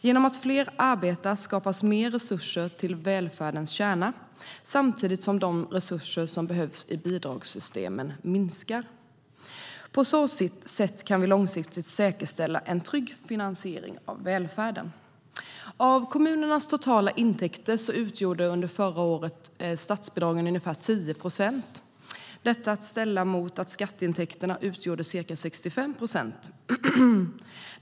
Genom att fler arbetar skapas mer resurser till välfärdens kärna, samtidigt som de resurser som behövs i bidragssystemen minskar. På så sätt kan vi långsiktigt säkerställa en trygg finansiering av välfärden. Av kommunernas totala intäkter förra året utgjorde statsbidragen ungefär 10 procent. Detta ska ställas mot att skatteintäkterna utgjorde ca 65 procent.